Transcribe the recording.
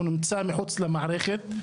הוא נמצא מחוץ למערכת.